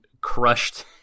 crushed